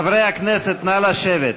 חברי הכנסת, נא לשבת.